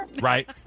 Right